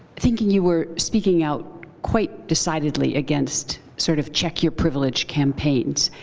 thinking you were speaking out quite decidedly against, sort of, check your privilege campaigns.